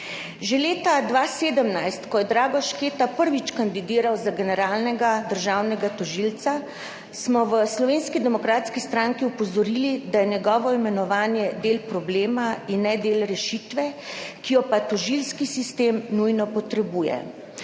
Že leta 2017, ko je Drago Šketa prvič kandidiral za generalnega državnega tožilca, smo v Slovenski demokratski stranki opozorili, da je njegovo imenovanje del problema in ne del rešitve, ki jo pa tožilski sistem nujno potrebuje.